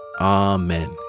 Amen